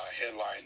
Headline